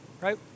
Right